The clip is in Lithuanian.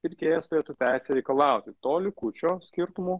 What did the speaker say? pirkėjas turėtų teisę reikalauti to likučio skirtumo